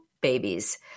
babies